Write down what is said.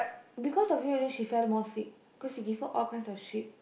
because of you then she fell more sick cos you give her all kinds of shit